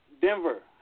Denver